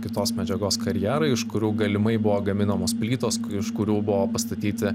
kitos medžiagos karjerai iš kurių galimai buvo gaminamos plytos iš kurių buvo pastatyti